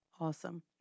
Awesome